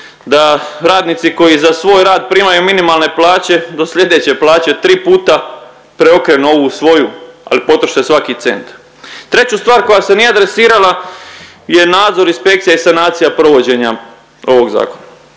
da radnici koji za svoj rad primaju minimalne plaće do slijedeće plaće tri puta preokrenu ovu svoju ali potroše svaki cent. Treću stvar koja se nije adresirala je nadzor, inspekcija i sanacija provođenja ovog zakona.